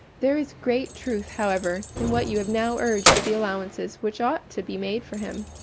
there is great truth, however, in what you have now urged of the allowances which ought to be made for him,